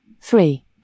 Three